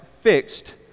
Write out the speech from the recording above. fixed